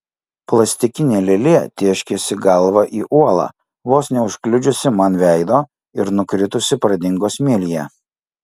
plastikinė lėlė tėškėsi galva į uolą vos neužkliudžiusi man veido ir nukritusi pradingo smėlyje